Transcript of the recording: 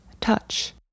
touch